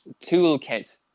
toolkit